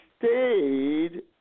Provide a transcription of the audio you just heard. stayed